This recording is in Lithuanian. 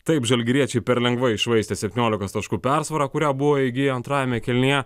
taip žalgiriečiai per lengvai iššvaistė septyniolikos taškų persvarą kurią buvo įgiję antrajame kėlinyje